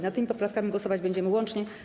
Nad tymi poprawkami głosować będziemy łącznie.